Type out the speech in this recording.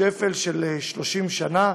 שפל של 30 שנה,